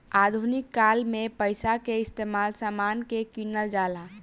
आधुनिक काल में पइसा के इस्तमाल समान के किनल जाला